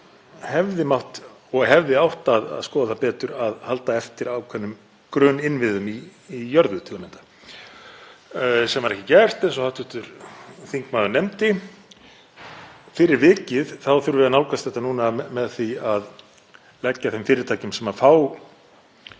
hefði átt að skoða það betur að halda eftir ákveðnum grunninnviðum í jörðu til að mynda, sem var ekki gert, eins og hv. þingmaður nefndi. Fyrir vikið þurfum við að nálgast þetta núna með því að leggja þeim fyrirtækjum sem hafa